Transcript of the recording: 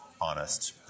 honest